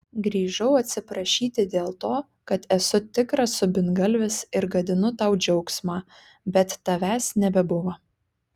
grįžau atsiprašyti dėl to kad esu tikras subingalvis ir gadinu tau džiaugsmą bet tavęs nebebuvo